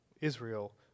Israel